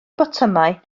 botymau